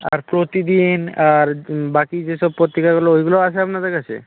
আর প্রতিদিন আর বাকি যে সব পত্রিকাগুলো ওইগুলোও আসে আপনাদের কাছে